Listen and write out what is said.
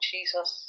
Jesus